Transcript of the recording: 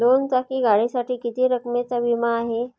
दोन चाकी गाडीसाठी किती रकमेचा विमा आहे?